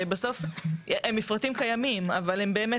שבסוף הם מפרטים קיימים אבל הם באמת